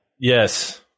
Yes